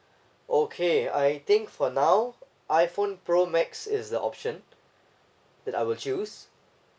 okay I think for now I iphone pro max is the option that I will choose